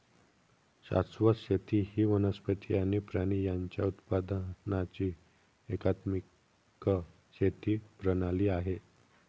शाश्वत शेती ही वनस्पती आणि प्राणी यांच्या उत्पादनाची एकात्मिक शेती प्रणाली आहे